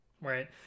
Right